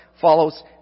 Follows